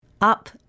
Up